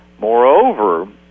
Moreover